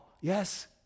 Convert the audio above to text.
Yes